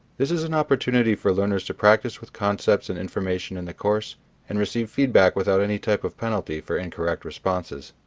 this is an opportunity for learners to practice with concepts and information in the course and receive feedback without any type of penalty for incorrect responses.